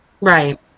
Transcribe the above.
Right